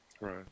right